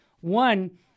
One